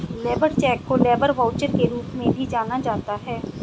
labour cheque को labour voucher के रूप में भी जाना जाता है